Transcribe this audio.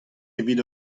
evit